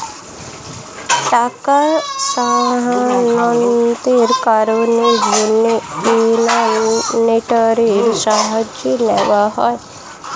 টাকার স্থানান্তরকরণের জন্য ইন্টারনেটের সাহায্য নেওয়া হয়